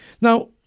Now